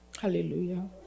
Hallelujah